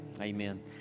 Amen